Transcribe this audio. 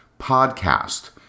podcast